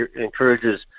encourages